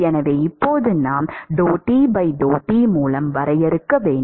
எனவே இப்போது நாம் மூலம் வரையறுக்க வேண்டும்